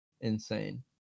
insane